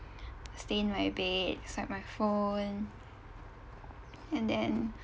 stay in my bed swipe my phone and then